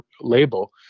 label